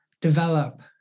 develop